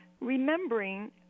Remembering